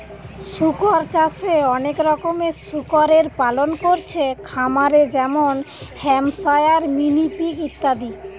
শুকর চাষে অনেক রকমের শুকরের পালন কোরছে খামারে যেমন হ্যাম্পশায়ার, মিনি পিগ ইত্যাদি